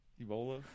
Ebola